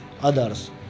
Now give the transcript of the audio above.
others